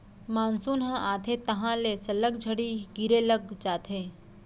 monsoon ह आथे तहॉं ले सल्लग झड़ी गिरे लग जाथे